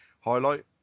highlight